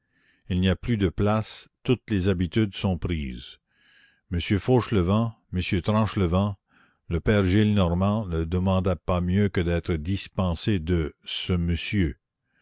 il n'y a plus de place toutes les habitudes sont prises m fauchelevent m tranchelevent le père gillenormand ne demanda pas mieux que d'être dispensé de ce monsieur